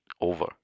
Over